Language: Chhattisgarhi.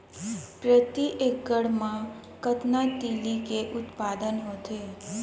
प्रति एकड़ मा कतना तिलि के उत्पादन होथे?